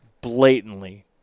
blatantly